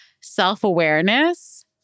self-awareness